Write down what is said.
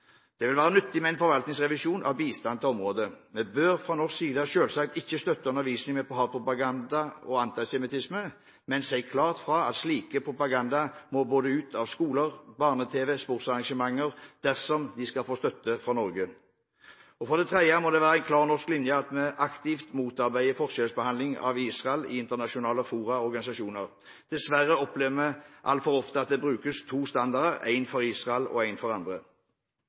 Det vil være nyttig med en forvaltningsrevisjon av bistand til området. Vi bør fra norsk side selvsagt ikke støtte undervisning med hatpropaganda og antisemittisme, men si klart fra at slik propaganda må ut av både skoler, barne-tv og sportsarrangementer dersom de skal få støtte fra Norge. Det må være en klar norsk linje at vi aktivt motarbeider forskjellsbehandling av Israel i internasjonale fora og organisasjoner. Dessverre opplever vi altfor ofte at det brukes to standarder – en for Israel og en for andre.